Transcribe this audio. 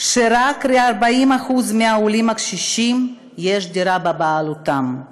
שרק ל-40% מהעולים הקשישים יש דירה בבעלותם, זאת,